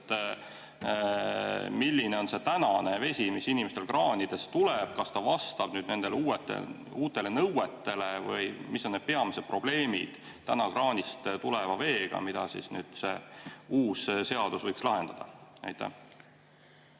milline on see vesi, mis inimestel täna kraanidest tuleb, kas ta vastab nendele uutele nõuetele? Või mis on need peamised probleemid kraanist tuleva veega, mida see uus seadus võiks lahendada? Aitäh,